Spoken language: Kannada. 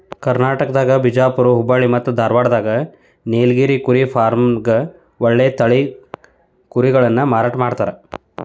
ಕರ್ನಾಟಕದಾಗ ಬಿಜಾಪುರ್ ಹುಬ್ಬಳ್ಳಿ ಮತ್ತ್ ಧಾರಾವಾಡದಾಗ ನೇಲಗಿರಿ ಕುರಿ ಫಾರ್ಮ್ನ್ಯಾಗ ಒಳ್ಳೆ ತಳಿ ಕುರಿಗಳನ್ನ ಮಾರಾಟ ಮಾಡ್ತಾರ